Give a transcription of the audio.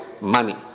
money